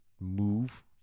move